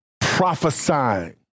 prophesying